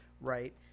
right